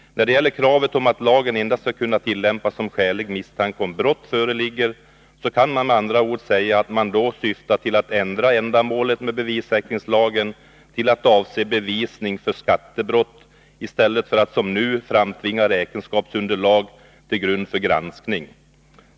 När det gäller kravet på att lagen skall kunna tillämpas endast om skälig misstanke om brott föreligger kan man med andra ord säga, att detta syftar till att ändra ändamålet med bevissäkringslagen till att avse bevisning för skattebrott i stället för att som nu framtvinga räkenskapsunderlag till grund för granskning.